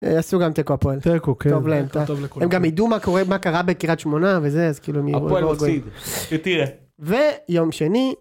יעשו גם תיקו הפועל. תיקו, כן. טוב להם, טוב לכולם. הם גם ידעו מה קרה בקרית שמונה וזה, אז כאילו הם יראו. הפועל הפסידו, אתה תראה. ויום שני.